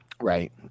Right